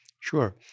Sure